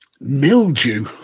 Mildew